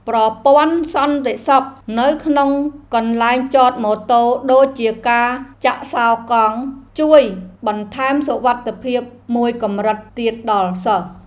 ប្រព័ន្ធសន្តិសុខនៅក្នុងកន្លែងចតម៉ូតូដូចជាការចាក់សោរកង់ ជួយបន្ថែមសុវត្ថិភាពមួយកម្រិតទៀតដល់សិស្ស។